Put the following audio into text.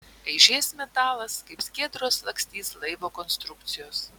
aižės metalas kaip skiedros lakstys laivo konstrukcijos